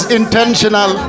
intentional